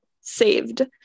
saved